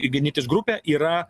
ignitis grupė yra